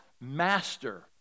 master